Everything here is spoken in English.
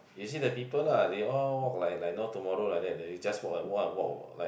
you see the people lah they all work like like no tomorrow like leh they just work and work and work like